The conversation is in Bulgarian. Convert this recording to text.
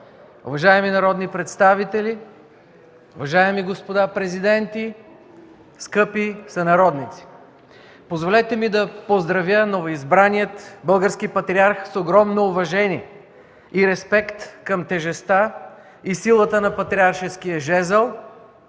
уважаеми народни представители, уважаеми господа президенти, скъпи сънародници! Позволете ми да поздравя новоизбрания български патриарх с огромно уважение и респект към тежестта и силата на патриаршеския жезъл,